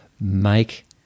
make